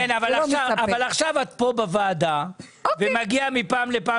אבל עכשיו את פה בוועדה ומגיעות מידי פעם לפעם